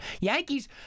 Yankees